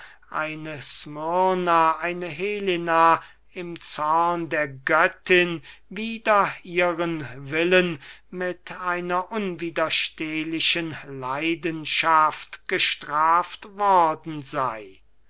smyrna eine helena im zorn der göttin wider ihren willen mit einer unwiderstehlichen leidenschaft gestraft worden sey